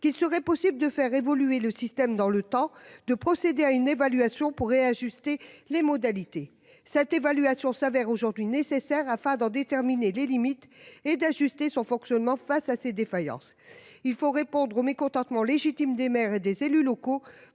qu'il serait possible de faire évoluer le système dans le temps de procéder à une évaluation pour réajuster les modalités. Cette évaluation s'avère aujourd'hui nécessaire afin d'en déterminer les limites et d'ajuster son fonctionnement face à ces défaillances. Il faut répondre au mécontentement légitime des maires et des élus locaux,